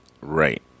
Right